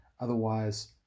Otherwise